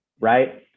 right